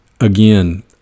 again